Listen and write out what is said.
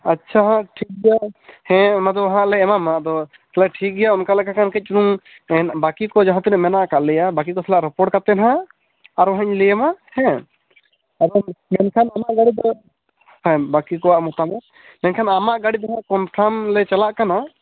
ᱟᱪᱪᱷᱟ ᱦᱟᱜ ᱴᱷᱤᱠ ᱜᱮᱭᱟ ᱦᱮᱸ ᱚᱱᱟ ᱫᱚ ᱦᱟᱜ ᱞᱮ ᱮᱢᱟᱢᱼᱟ ᱟᱫᱚ ᱴᱷᱤᱠ ᱜᱮᱭᱟ ᱚᱱᱠᱟ ᱞᱮᱠᱟᱠᱷᱟᱱ ᱠᱟᱹᱡ ᱵᱟᱹᱠᱤ ᱠᱚ ᱡᱟᱦᱟ ᱛᱤᱱᱟᱹᱜ ᱢᱟᱱᱟ ᱟᱠᱟ ᱞᱮᱭᱟ ᱩᱱᱠᱩ ᱥᱟᱞᱟ ᱨᱚᱯᱚᱲ ᱠᱟᱛᱮ ᱦᱟᱜ ᱟᱨᱳ ᱦᱟᱜ ᱤᱧ ᱞᱟᱹᱭ ᱟᱢᱟ ᱦᱮᱸ ᱟᱫᱚ ᱢᱮᱱᱠᱷᱟᱱ ᱦᱮ ᱵᱟᱹᱠᱤ ᱠᱚᱣᱟᱜ ᱢᱚᱛᱟᱢᱚᱛ ᱢᱮᱱᱠᱷᱟᱱ ᱟᱢᱟᱜ ᱜᱟᱹᱰᱤ ᱫᱚ ᱦᱟᱜ ᱠᱚᱱᱯᱷᱨᱟᱢ ᱞᱮ ᱪᱟᱞᱟ ᱠᱟᱱᱟ